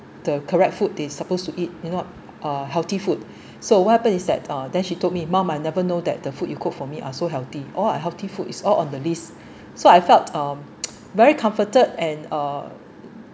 the correct food they supposed to eat you know uh healthy food so what happened is that uh then she told me mum I never know that the food you cook for me are so healthy all unhealthy food is all on the list so I felt um very comforted and uh